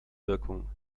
wirkung